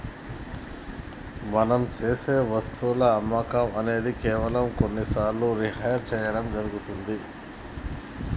మనం సేసె వస్తువుల అమ్మకం అనేది కేవలం కొన్ని సార్లు రిహైర్ సేయడం జరుగుతుంది